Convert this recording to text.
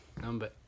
Number